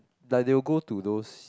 like they will go to those